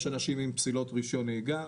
יש אנשים עם פסילות רישיון נהיגה,